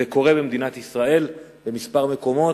זה קורה במדינת ישראל בכמה מקומות.